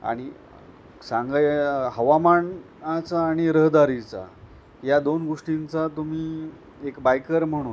आणि सांगाय हवामान चा आणि रहदारीचा या दोन गोष्टींचा तुम्ही एक बायकर म्हणून